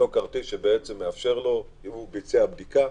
אם ביצע בדיקה,